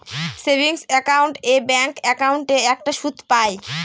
savings account এ bank একাউন্টে একটা সুদ পাই